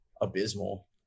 abysmal